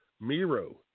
Miro